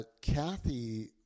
Kathy